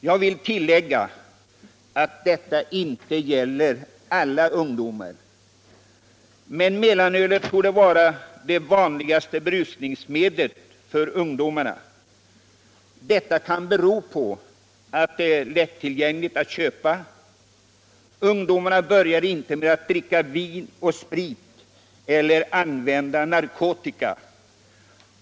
Jag vill tillägga att detta givetvis inte gäller alla ungdomar. Men mellanölet torde vara det vanligaste berusningsmedlet för ungdomarna. Detta kan bero på att det är lättillgängligt. Ungdomar börjar inte sina alkoholvanor med att dricka vin eller sprit eller med att använda narkotika.